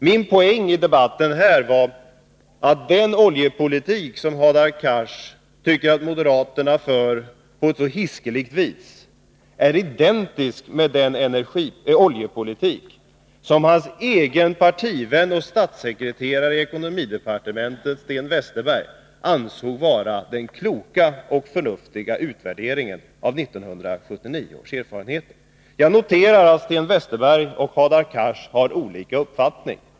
Min poäng i debatten här var att den oljepolitik som Hadar Cars tycker att moderaterna för på ett så hiskeligt vis är identisk med den oljepolitik som hans egen partivän och statssekreteraren i ekonomidepartementet, Sten Westerberg, ansåg vara den kloka och förnuftiga utvärderingen av 1979 års erfarenheter. Jag noterar att Sten Westerberg och Hadar Cars har olika uppfattning.